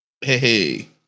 hey